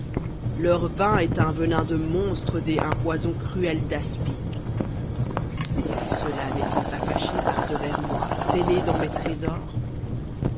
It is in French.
leur vin est un venin de monstres et un poison cruel daspic cela n'est-il pas caché par devers moi scellé dans mes trésors